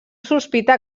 sospita